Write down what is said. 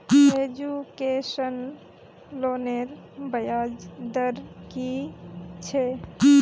Education लोनेर ब्याज दर कि छे?